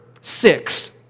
six